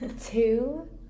Two